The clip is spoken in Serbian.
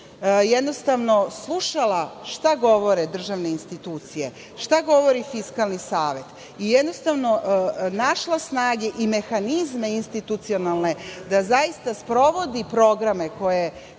većina slušala šta govore državne institucije, šta govori Fiskalni savet i našla snage i mehanizme institucionalne da zaista sprovodi programe koje